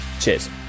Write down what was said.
cheers